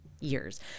years